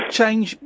change